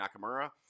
nakamura